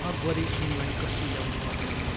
अकबरी सुनलाई कसी ल्याउन पर्दैन